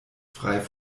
frei